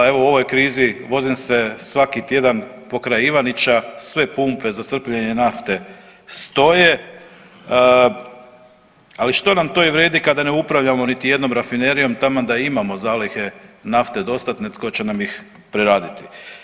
Evo u ovoj krizi vozim se svaki tjedan pokraj Ivanića, sve pumpe za crpljenje nafte stoje, ali što nam to i vrijedi kada ne upravljamo niti jednom rafinerijom taman da i imamo zalihe nafte dostatne tko će nam ih preraditi.